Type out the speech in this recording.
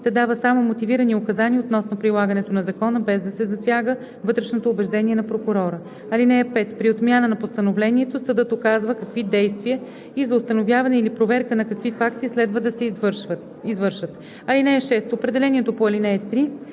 да дава само мотивирани указания относно прилагането на закона, без да се засяга вътрешното убеждение на прокурора. (5) При отмяна на постановлението съдът указва какви действия и за установяване или проверка на какви факти следва да се извършат. (6) Определението по ал. 3